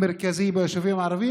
ביישובים הערביים,